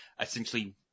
essentially